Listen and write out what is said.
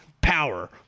power